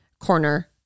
corner